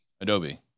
Adobe